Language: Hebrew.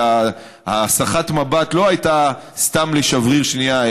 שהסחת המבט לא הייתה סתם לשבריר שנייה,